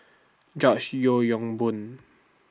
George Yeo Yong Boon